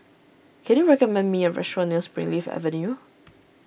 can you recommend me a restaurant near Springleaf Avenue